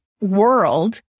world